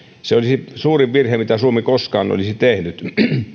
se olisi suurin virhe mitä suomi koskaan olisi tehnyt